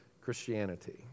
Christianity